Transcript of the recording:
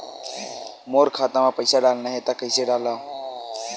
मोर खाता म पईसा डालना हे त कइसे डालव?